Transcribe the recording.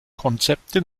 konzepte